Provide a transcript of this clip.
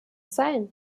sein